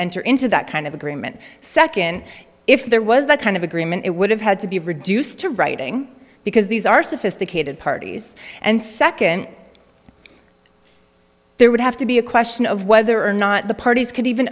enter into that kind of agreement second if there was that kind of agreement it would have had to be reduced to writing because these are sophisticated parties and second there would have to be a question of whether or not the parties could even